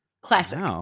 Classic